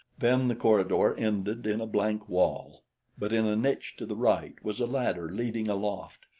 then the corridor ended in a blank wall but in a niche to the right was a ladder leading aloft,